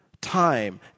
time